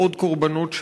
עם עוד קורבנות שווא?